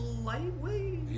Lightweight